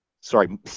Sorry